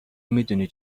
میدونی